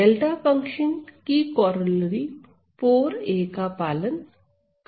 delta function भी corollary 4 a का पालन करता है